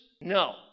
No